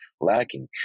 lacking